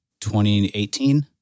2018